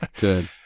Good